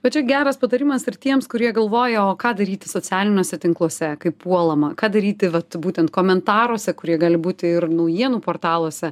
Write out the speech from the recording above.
bet čia geras patarimas ir tiems kurie galvoja o ką daryti socialiniuose tinkluose kaip puolama ką daryti vat būtent komentaruose kurie gali būti ir naujienų portaluose